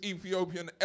Ethiopian